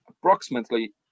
approximately